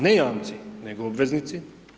Ne jamci, nego obveznici.